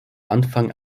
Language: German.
anfang